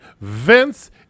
Vince